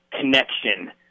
connection